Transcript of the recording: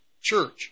church